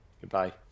Goodbye